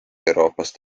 euroopast